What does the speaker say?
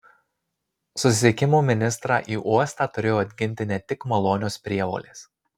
susisiekimo ministrą į uostą turėjo atginti ne tik malonios prievolės